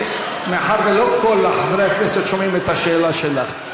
מאחר שלא כל חברי הכנסת שומעים את השאלה שלך,